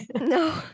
No